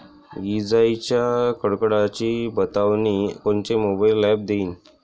इजाइच्या कडकडाटाची बतावनी कोनचे मोबाईल ॲप देईन?